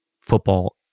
football